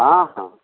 हँ हँ